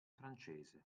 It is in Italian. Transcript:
francese